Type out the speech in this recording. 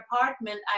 apartment